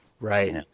Right